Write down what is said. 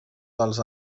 dels